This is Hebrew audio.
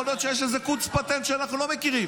יכול להיות שיש איזה קונץ פטנט שאנחנו לא מכירים.